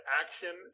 action